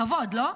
כבוד, לא?